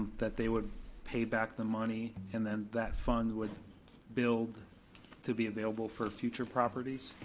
that they would pay back the money, and then that fund would build to be available for future properties?